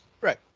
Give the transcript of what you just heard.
Right